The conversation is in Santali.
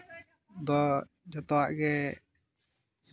ᱫᱚ ᱡᱚᱛᱚᱣᱟᱜ ᱜᱮ